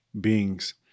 beings